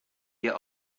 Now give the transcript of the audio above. wir